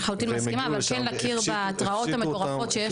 הפשיטו אותם,